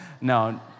No